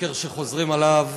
שקר שחוזרים עליו